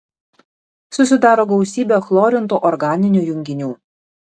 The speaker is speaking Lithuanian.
susidaro gausybė chlorintų organinių junginių